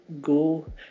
go